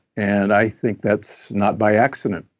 and i think that's not by accident.